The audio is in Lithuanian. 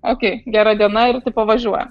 okei gera diena ir tai pavažiuoja